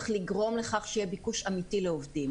צריך לגרום לכך שיהיה ביקוש אמיתי לעובדים.